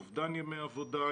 אובדן ימי עבודה,